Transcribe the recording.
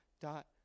dot